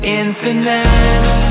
infinite